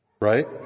Right